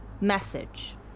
message